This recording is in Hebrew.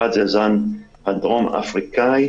האחד זה הזן הדרום האפריקאי,